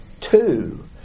Two